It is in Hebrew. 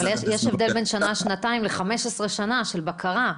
אבל יש הבדל בין שנה-שנתיים ל-15 שנה של בקרה.